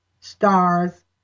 stars